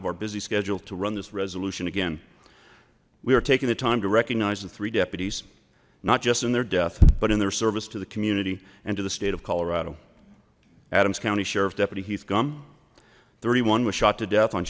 of our busy schedule to run this resolution again we are taking the time to recognize the three deputies not just in their death but in their service to the community and to the state of colorado adams county sheriff deputy heath gum thirty one was shot to death on